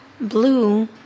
blue